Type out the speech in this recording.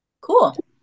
cool